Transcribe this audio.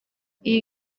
iyi